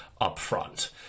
upfront